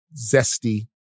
zesty